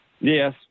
Yes